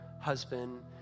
husband